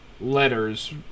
letters